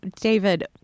David